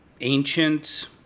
ancient